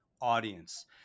audience